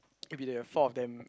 it will be the four of them